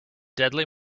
deadly